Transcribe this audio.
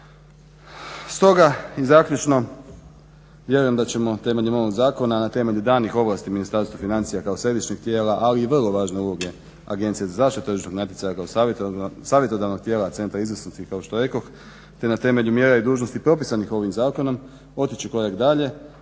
Stoga i zaključno vjerujem da ćemo temeljem ovog zakona na temelju danih ovlasti Ministarstva financija kao središnjeg tijela ali i vrlo važne uloge Agencije za zaštitu tržišnog natjecanja kao savjetodavnog tijela Centra izvrsnosti kao što rekoh te na temelju mjera i dužnosti propisanih ovim zakonom otići korak dalje